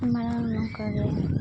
ᱢᱟᱲᱟᱝ ᱱᱚᱝᱠᱟᱜᱮ